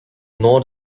nor